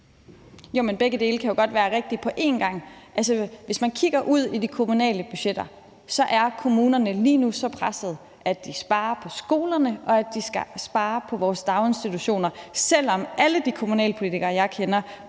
Jamen begge dele kan jo godt være rigtige på en gang. Altså, hvis man kigger ud i de kommunale budgetter, kan man se, at kommunerne lige nu er så pressede, at de sparer på skolerne, og at de sparer på vores daginstitutioner, selv om alle de kommunalpolitikere, jeg kender,